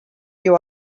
you